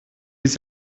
les